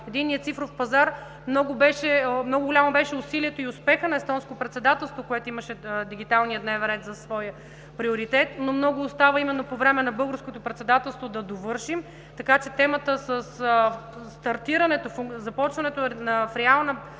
Единният цифров пазар – много голямо беше усилието и успехът на Естонското председателство, което имаше дигиталния дневен ред за свой приоритет, но остава много именно по време на Българското председателство да довършим, така че темата със стартирането, започването в реален